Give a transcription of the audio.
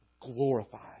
glorified